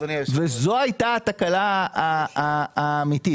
וזו הייתה התקלה האמיתית.